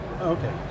Okay